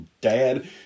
dad